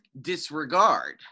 disregard